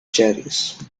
cherries